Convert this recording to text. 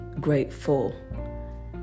grateful